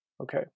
Okay